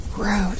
Road